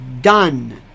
Done